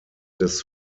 des